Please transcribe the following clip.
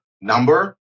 number